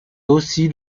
aussi